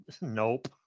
Nope